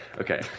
Okay